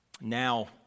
Now